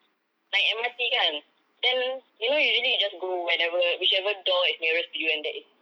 naik M_R_T kan then you know usually you go whenever whichever door is nearest to you and that is